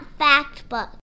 Factbook